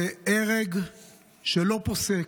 זה הרג שלא פוסק,